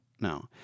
no